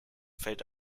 fällt